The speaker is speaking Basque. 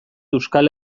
euskal